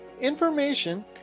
information